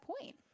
point